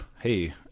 Hey